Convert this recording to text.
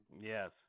Yes